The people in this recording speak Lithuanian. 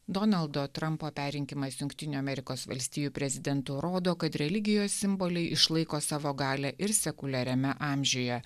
donaldo trumpo perrinkimas jungtinių amerikos valstijų prezidentu rodo kad religijos simboliai išlaiko savo galią ir sekuliariame amžiuje